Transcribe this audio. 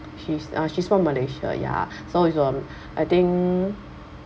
she's uh she's from malaysia ya so is um I think